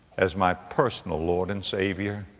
as my personal lord and savior.